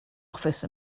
office